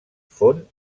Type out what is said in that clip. fon